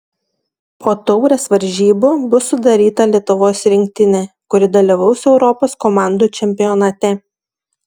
po taurės varžybų bus sudaryta lietuvos rinktinė kuri dalyvaus europos komandų čempionate